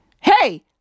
Hey